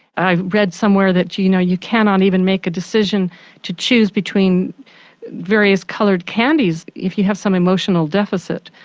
i read somewhere that you you know you cannot even make a decision to choose between various coloured candies if you have some emotional deficit.